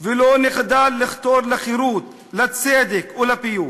ולא נחדל לחתור לחירות, לצדק ולפיוס.